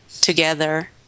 together